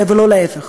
ולא להפך.